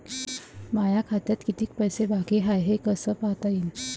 माया खात्यात कितीक पैसे बाकी हाय हे कस पायता येईन?